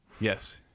Yes